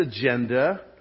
agenda